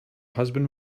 husband